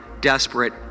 desperate